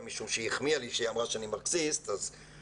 משום שהיא החמיאה לי בכך שהיא אמרה שאני מרקסיסט ואני